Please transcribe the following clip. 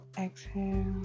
exhale